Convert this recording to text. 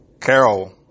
Carol